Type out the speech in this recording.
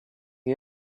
you